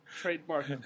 Trademark